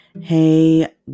Hey